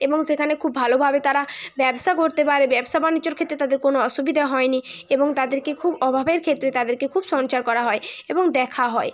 এবং সেখানে খুব ভালোভাবে তারা ব্যবসা করতে পারে ব্যবসা বাণিজ্যর ক্ষেত্রে তাদের কোনো অসুবিধে হয়নি এবং তাদেরকে খুব অভাবের ক্ষেত্রে তাদেরকে খুব সঞ্চার করা হয় এবং দেখা হয়